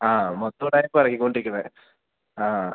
ആ മൊത്തം ഉഡായിപ്പാണ് ഇറക്കി കൊണ്ടിരിക്കുന്നത് ആ